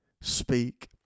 speak